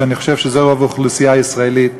שאני חושב שזה רוב האוכלוסייה הישראלית,